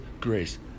grace